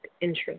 interest